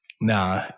nah